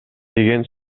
деген